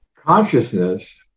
Consciousness